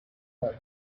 lights